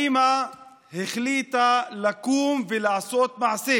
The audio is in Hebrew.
האימא החליטה לקום ולעשות מעשה: